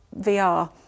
VR